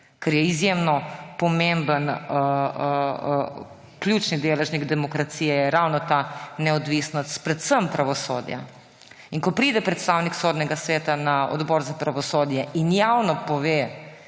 Ker je izjemno pomemben, ključni deležnik demokracije ravno neodvisnost predvsem pravosodja. In ko pride predstavnik Sodnega sveta na Odbor za pravosodje in javno pove,